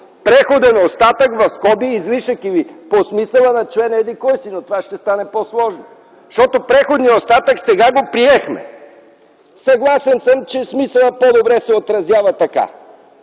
„преходен остатък (излишък)” или по смисъла на член еди кой си, но това ще стане по-сложно. Преходният остатък сега го приехме. Съгласен съм, че смисълът по-добре се отразява така,